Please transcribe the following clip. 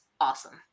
awesome